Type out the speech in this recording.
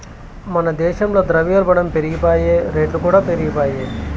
మన దేశంల ద్రవ్యోల్బనం పెరిగిపాయె, రేట్లుకూడా పెరిగిపాయె